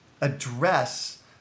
address